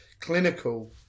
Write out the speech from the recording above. clinical